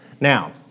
Now